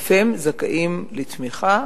אף הם זכאים לתמיכה